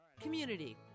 community